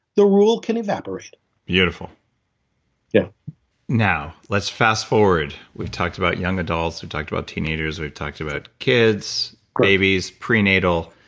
the rule can evaporate beautiful yeah now, let's fast forward. we've talked about young adults. we've talked about teenagers. we've talked about kids, babies, prenatal.